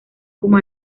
como